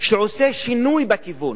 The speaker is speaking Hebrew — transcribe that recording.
שעושה שינוי בכיוון